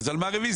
אז על מה רביזיה?